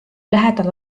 lähedal